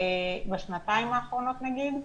בשנתיים האחרונות נגיד,